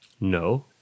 No